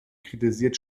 kritisiert